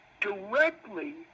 directly